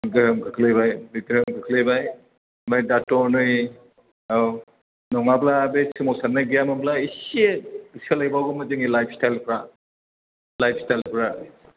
गोहोम खोख्लैबाय दिगदारआव खोख्लैबाय ओमफ्राय दाथ' नै औ नङाब्ला बे सोमावसारनाय गैयामोनब्ला एसे सोलायबावगौमोन जोंनि लाइफ स्टाइलफ्रा लाइफ स्टाइलफ्रा